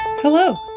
Hello